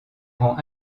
rend